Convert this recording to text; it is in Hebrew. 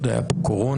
הייתה פה קורונה,